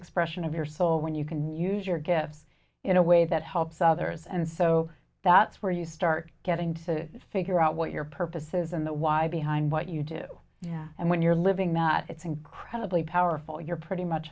expression of your soul when you can use your gifts in a way that helps others and so that's where you start getting to figure out what your purpose is in the why behind what you do yeah and when you're living that it's incredibly powerful you're pretty much